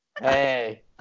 Hey